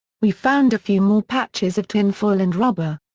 we found a few more patches of tinfoil and rubber.